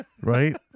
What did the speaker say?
Right